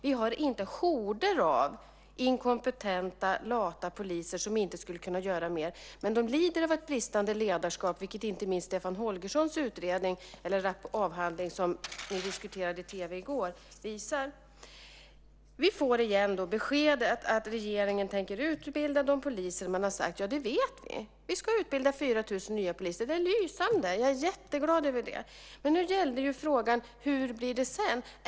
Vi har inte horder av inkompetenta lata poliser som inte skulle kunna göra mer. Men de lider av ett bristande ledarskap, vilket inte minst Stefan Holgerssons avhandling, som diskuterades i tv i går, visar. Vi får igen beskedet att regeringen tänker utbilda de poliser som man har sagt ska utbildas. Det vet vi. Vi ska utbilda 4 000 nya poliser. Det är lysande, och jag är jätteglad över det. Nu gällde det frågan hur det blir sedan.